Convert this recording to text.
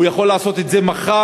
הוא יכול לעשות את זה מחר.